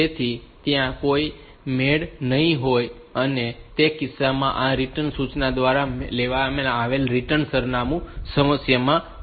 તેથી ત્યાં કોઈ મેળ નહીં હોય અને તે કિસ્સામાં આ રીટર્ન સૂચના દ્વારા લેવામાં આવેલ રીટર્ન સરનામું સમસ્યામાં મુકાશે